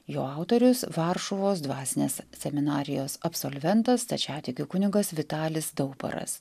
jo autorius varšuvos dvasinės seminarijos absolventas stačiatikių kunigas vitalis daubaras